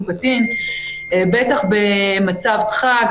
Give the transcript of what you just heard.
בטח במצב דחק,